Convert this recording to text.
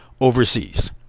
overseas